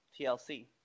TLC